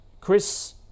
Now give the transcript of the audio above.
Chris